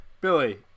Billy